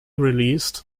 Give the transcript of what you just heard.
released